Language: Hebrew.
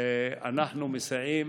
ואנחנו מסייעים